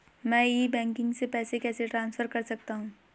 मैं e banking से पैसे कैसे ट्रांसफर कर सकता हूं?